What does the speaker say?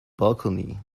balcony